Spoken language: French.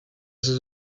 ses